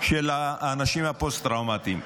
של האנשים הפוסט-טראומטיים.